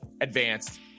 advanced